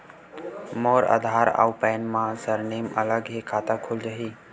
मोर आधार आऊ पैन मा सरनेम अलग हे खाता खुल जहीं?